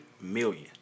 million